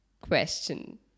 question